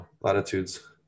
latitudes